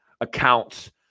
accounts